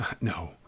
no